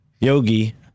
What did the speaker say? Yogi